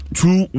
two